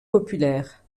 populaires